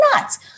nuts